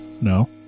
No